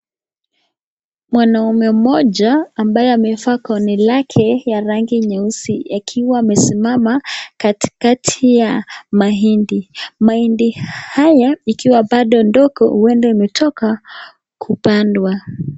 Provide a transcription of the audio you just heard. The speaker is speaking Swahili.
Mwanaume mmoja ambaye amevaa gaoni lake ya rangi nyeusi akiwa amesimama katikati ya mahindi , mahindi haya ikiwa bado ndogo huenda imetoka kupandwa.